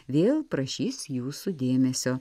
vėl prašys jūsų dėmesio